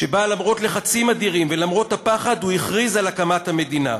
שבה למרות לחצים אדירים ולמרות הפחד הוא הכריז על הקמת המדינה.